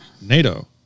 NATO